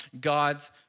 God's